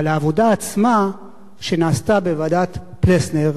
אבל העבודה עצמה שנעשתה בוועדת-פלסנר,